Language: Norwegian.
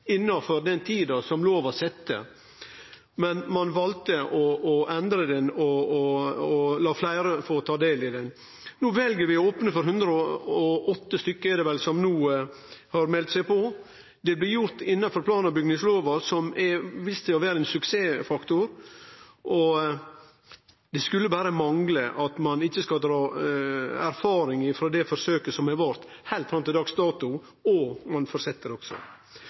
innanfor den tida som lova set, men ein valde å endre det og la fleire få ta del i det. No vel vi å opne for dei 108 som vel har meldt seg på. Det blir gjort innanfor plan- og bygningslova, noko som har vist seg å vere ein suksessfaktor. Det skulle berre mangle at ein ikkje skulle dra erfaring frå det forsøket som har vart heilt fram til dags dato, og ein fortset også. Det